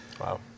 Wow